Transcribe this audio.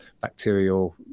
bacterial